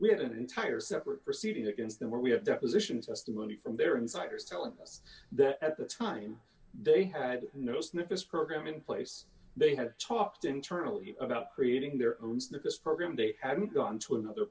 we have an entire separate proceeding against them where we have deposition testimony from their insiders telling us that at the time they had no snippets program in place they have talked internally about creating their own snafus program they haven't gone to another